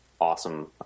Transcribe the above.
awesome